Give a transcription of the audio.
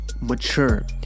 mature